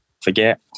forget